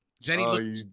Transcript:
Jenny